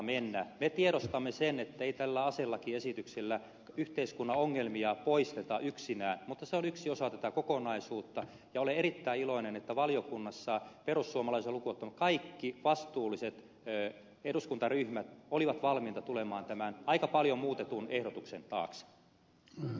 me tiedostamme sen ettei tällä aselakiesityksellä yhteiskunnan ongelmia poisteta yksinään mutta se on yksi osa tätä kokonaisuutta ja olen erittäin iloinen että valiokunnassa perussuomalaisia lukuun ottamatta kaikki vastuulliset eduskuntaryhmät olivat valmiita tulemaan tämän aika paljon muutetun ehdotuksen taakse